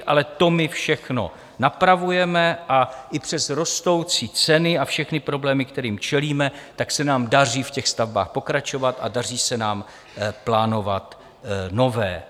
Ale to my všechno napravujeme a i přes rostoucí ceny a všechny problémy, kterým čelíme, se nám daří v těch stavbách pokračovat a daří se nám plánovat nové.